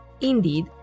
Indeed